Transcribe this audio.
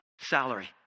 salary